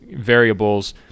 variables